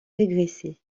régressé